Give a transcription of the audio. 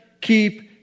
keep